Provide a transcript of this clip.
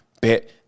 bet